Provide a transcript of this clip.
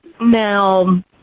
now